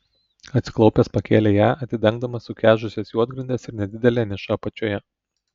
atsiklaupęs pakėlė ją atidengdamas sukežusias juodgrindes ir nedidelę nišą apačioje